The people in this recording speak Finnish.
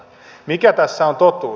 mikä tässä on totuus